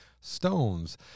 stones